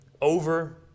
over